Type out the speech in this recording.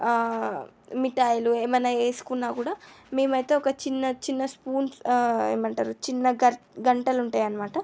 మిఠాయిలు ఏమన్న వేసుకున్నా కూడా మేమైతే ఒక చిన్న చిన్న స్పూన్ ఏమంటారు చిన్న గ గంటలు ఉంటాయనమాట